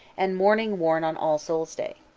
and mourning worn on all souls' day.